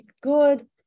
good